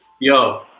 yo